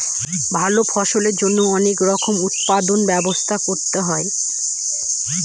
ভালো ফলনের জন্যে অনেক রকমের উৎপাদনর ব্যবস্থা করতে হয়